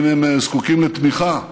אם הם זקוקים לתמיכה,